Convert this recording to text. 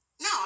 No